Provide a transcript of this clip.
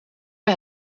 bij